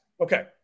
okay